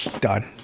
Done